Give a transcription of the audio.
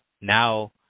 Now